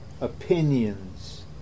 opinions